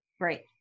Right